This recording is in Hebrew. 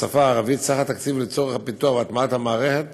סך התקציב לצורך הפיתוח וההטמעה של המערכת